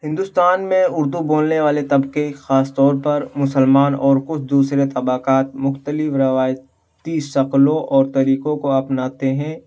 ہندوستان میں اردو بولنے والے طبقے خاص طور پر مسلمان اور کچھ دوسرے طبقات مختلف روایتی شکلوں اور طریقوں کو اپناتے ہیں